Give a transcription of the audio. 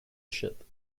ship